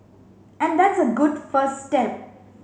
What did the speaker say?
and that's a good first step